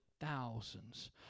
thousands